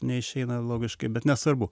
neišeina logiškai bet nesvarbu